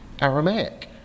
Aramaic